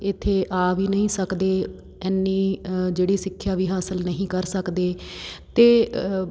ਇੱਥੇ ਆ ਵੀ ਨਹੀਂ ਸਕਦੇ ਇੰਨੀ ਜਿਹੜੀ ਸਿੱਖਿਆ ਵੀ ਹਾਸਿਲ ਨਹੀਂ ਕਰ ਸਕਦੇ ਅਤੇ